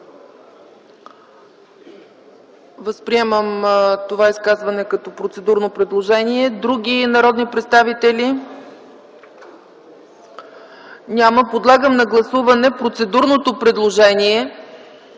Възприемам това изказване като процедурно предложение. Други народни представители? Няма. Моля, гласувайте процедурното предложение